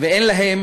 ואין להם